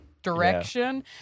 direction